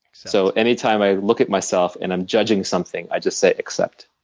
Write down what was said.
so any time i look at myself and i'm judging something, i just say accept.